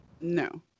No